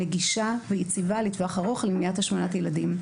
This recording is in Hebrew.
נגישה ויציבה לטווח ארוך למניעת השמנת ילדים.